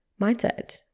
mindset